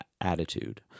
attitude